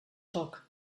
foc